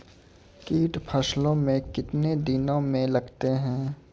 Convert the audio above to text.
कीट फसलों मे कितने दिनों मे लगते हैं?